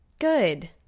Good